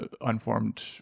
unformed